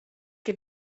che